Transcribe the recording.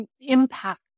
Impact